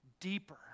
deeper